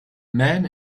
man